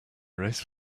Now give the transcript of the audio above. race